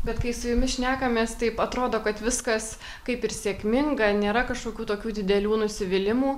bet kai su jumis šnekamės taip atrodo kad viskas kaip ir sėkminga nėra kažkokių tokių didelių nusivylimų